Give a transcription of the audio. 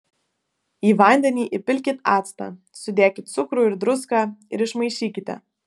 į vandenį įpilkit actą sudėkit cukrų ir druską ir išmaišykite